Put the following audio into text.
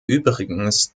übrigens